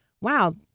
wow